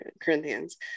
corinthians